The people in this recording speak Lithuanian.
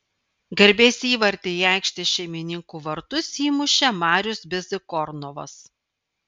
garbės įvartį į aikštės šeimininkų vartus įmušė marius bezykornovas